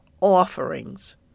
offerings